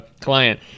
client